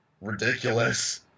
ridiculous